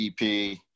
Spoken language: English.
EP